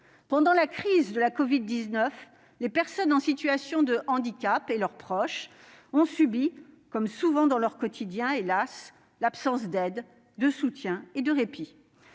Pendant la crise de la covid-19, les personnes en situation de handicap et leurs proches ont subi, comme souvent dans leur quotidien, hélas ! l'absence d'aide, de soutien et de répit.